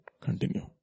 continue